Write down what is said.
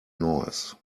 noise